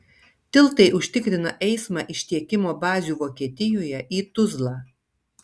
tiltai užtikrina eismą iš tiekimo bazių vokietijoje į tuzlą